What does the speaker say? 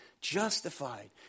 justified